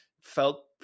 felt